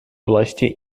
власти